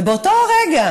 ובאותו הרגע